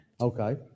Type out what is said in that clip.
Okay